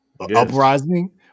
uprising